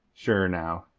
sure, now,